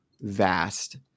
vast